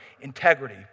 integrity